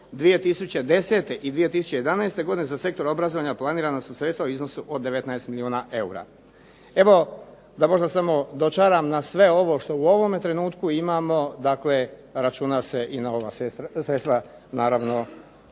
2010. i 2011. godine za sektor obrazovanja planirana su sredstva u iznosu od 19 milijuna eura. Evo, da možda samo dočaram na sve ovo što u ovome trenutku imamo, dakle računa se i na ova sredstva naravno